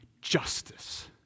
justice